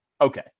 okay